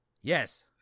Yes